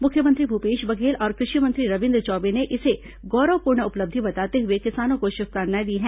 मुख्यमंत्री भूपेश बघेल और कृषि मंत्री रविन्द्र चौबे ने इसे गौरवपूर्ण उपलब्धि बताते हुए किसानों को शुभकामनाएं दी हैं